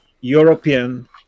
European